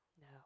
No